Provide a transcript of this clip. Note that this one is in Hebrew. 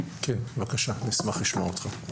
כן בבקשה נשמח לשמוע אותך.